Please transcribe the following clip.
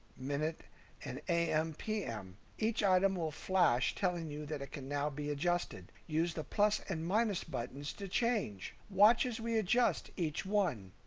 minute and am pm. each item will flash telling you that it can now be adjusted. use the plus and minus buttons to change. watch as we adjust each one.